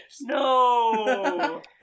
No